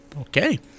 Okay